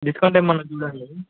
discount ఏమన్నా చూడండి